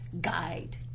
guide